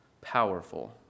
powerful